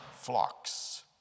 flocks